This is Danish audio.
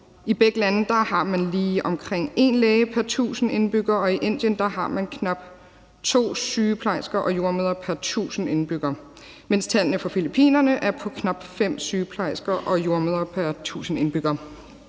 I begge lande har man lige omkring én læge pr. tusind indbyggere, og i Indien har man knap to sygeplejersker og jordemødre pr. tusind indbyggere, mens tallene for billig Filippinerne er på knap fem sygeplejersker og jordemødre pr. tusind indbyggere.